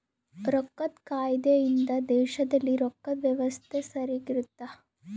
ರೊಕ್ಕದ್ ಕಾಯ್ದೆ ಇಂದ ದೇಶದಲ್ಲಿ ರೊಕ್ಕದ್ ವ್ಯವಸ್ತೆ ಸರಿಗ ಇರುತ್ತ